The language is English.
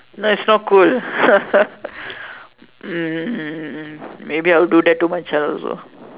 no it's not cool hmm maybe I'll do that to my child also